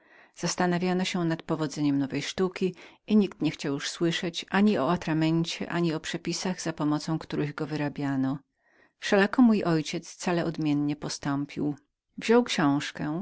zagłębiono się w rozbiorze nowej sztuki i nikt niechciał już słyszeć ani o atramencie ani o przepisach za pomocą których go wyrabiano wszelako mój ojciec cale odmiennie postąpił wziął książkę